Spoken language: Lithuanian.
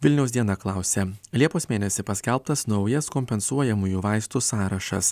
vilniaus diena klausia liepos mėnesį paskelbtas naujas kompensuojamųjų vaistų sąrašas